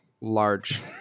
large